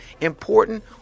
important